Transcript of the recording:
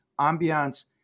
Ambiance